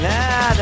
Now